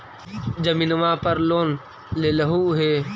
जमीनवा पर लोन लेलहु हे?